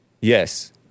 Yes